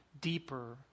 deeper